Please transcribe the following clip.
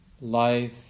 life